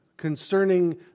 concerning